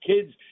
kids